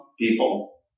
people